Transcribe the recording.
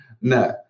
no